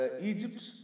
Egypt